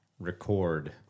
Record